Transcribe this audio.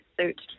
suit